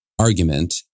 Argument